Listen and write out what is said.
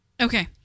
okay